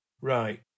Right